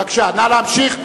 בבקשה, נא להמשיך.